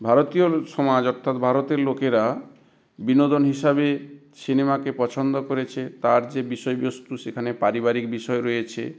ভারতীয় সমাজ অর্থাৎ ভারতের লোকেরা বিনোদন হিসাবে সিনেমাকে পছন্দ করেছে তার যে বিষয়বস্তু সেখানে পারিবারিক বিষয় রয়েছে